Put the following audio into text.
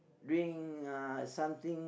drink uh something